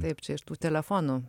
taip čia iš tų telefonų